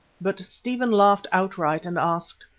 but stephen laughed outright and asked